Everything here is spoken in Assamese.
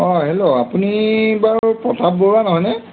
অঁ হেল্ল' আপুনি বাৰু প্ৰতাপ বৰুৱা নহয়নে